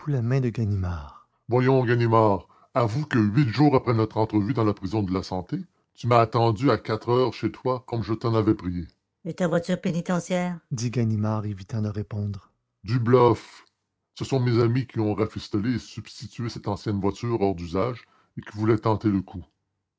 la main de ganimard voyons ganimard avouez que huit jours après notre entrevue dans la prison de la santé vous m'avez attendu à quatre heures chez vous comme je vous en avais prié et votre voiture pénitentiaire dit ganimard évitant de répondre du bluff ce sont mes amis qui ont rafistolé et substitué cette ancienne voiture hors d'usage et qui voulaient tenter le coup